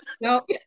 Nope